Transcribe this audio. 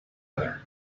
other